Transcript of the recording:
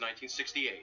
1968